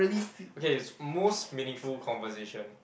okay it's most meaningful conversation